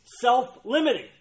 self-limiting